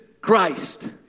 Christ